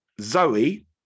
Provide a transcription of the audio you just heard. Zoe